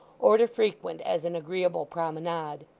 or to frequent as an agreeable promenade.